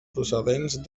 procedents